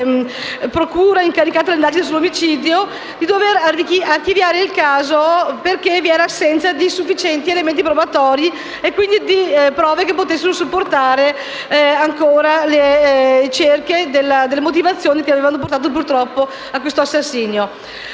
procura incaricata delle indagini sull'omicidio di archiviare il caso per l'assenza di sufficienti elementi probatori e quindi di prove che potessero supportare ancora le ricerche circa le motivazioni che avevano portato a questo assassinio.